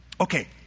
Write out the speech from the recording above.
Okay